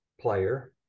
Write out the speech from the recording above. player